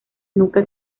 nunca